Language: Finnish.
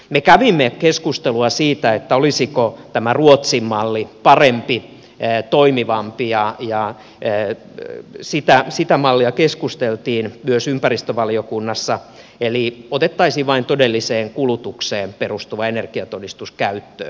me kävimme keskustelua siitä olisiko tämä ruotsin malli parempi toimivampi ja siitä mallista keskusteltiin myös ympäristövaliokunnassa eli otettaisiin vain todelliseen kulutukseen perustuva energiatodistus käyttöön